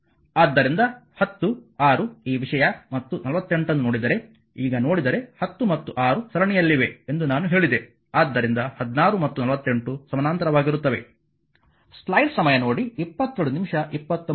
ಆದ್ದರಿಂದ 10 6 ಈ ವಿಷಯ ಮತ್ತು 48 ಅನ್ನು ನೋಡಿದರೆ ಈಗ ನೋಡಿದರೆ 10 ಮತ್ತು 6 ಸರಣಿಯಲ್ಲಿದೆ ಎಂದು ನಾನು ಹೇಳಿದೆ ಆದ್ದರಿಂದ 16 ಮತ್ತು 48 ಸಮಾನಾಂತರವಾಗಿರುತ್ತವೆ